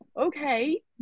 okay